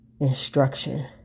instruction